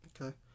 Okay